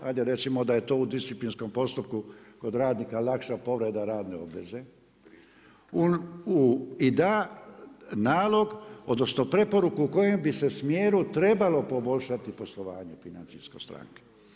Hajde recimo da je to u disciplinskom postupku kod radnika lakša povreda radne obveze i da nalog, odnosno preporuku u kojem bi se smjeru trebalo poboljšati poslovanje financijsko stranke.